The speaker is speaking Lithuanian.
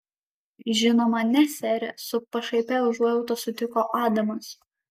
žinoma ne sere su pašaipia užuojauta sutiko adamas